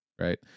Right